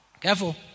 Careful